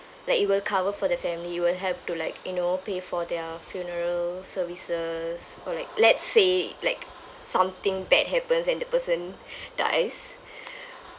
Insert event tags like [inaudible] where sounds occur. like it will cover for the family you will have to like you know pay for their funeral services or like let's say like something bad happens and the person [breath] dies [breath]